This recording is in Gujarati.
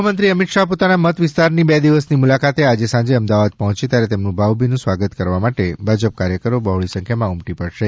ગૃહ મંત્રી અમિત શાહ પોતાના મત વિસ્તારની બે દિવસની મુલાકાતે આજે સાંજે અમદાવાદ પહોચે ત્યારે તેમનું ભાવભીનું સ્વાગત કરવા માટે ભાજપ કાર્યકરો બહોળી સંખ્યામાં ઉમટી પડશે